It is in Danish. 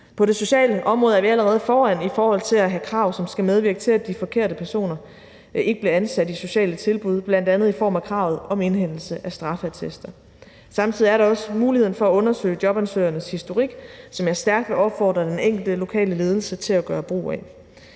På det sociale område er vi allerede foran i forhold til at have krav, som skal medvirke til, at de forkerte personer ikke bliver ansat i sociale tilbud, bl.a. i form af kravet om indhentelse af straffeattester. Samtidig er der også muligheden for at undersøge jobansøgernes historik, som jeg stærkt vil opfordre den enkelte lokale ledelse til at gøre brug af.